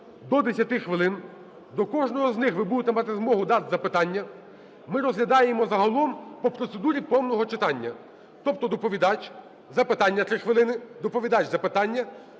до 10 хвилин, до кожного з них ви будете мати змогу дати запитання. Ми розглядаємо загалом по процедурі повного читання, тобто: доповідач, запитання – 3 хвилини, доповідач - запитання,